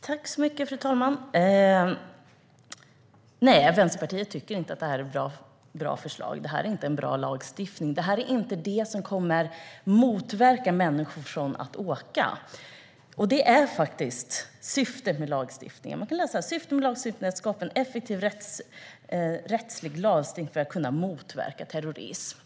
Fru talman! Vänsterpartiet tycker inte att det här är ett bra förslag. Det är inte en bra lagstiftning. Detta kommer inte att motverka att människor åker i väg, och det är faktiskt syftet med lagstiftningen. Syftet med lagstiftningen är att skapa en effektiv rättslig lagstiftning för att kunna motverka terrorism.